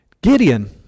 Gideon